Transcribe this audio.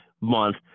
month